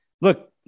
look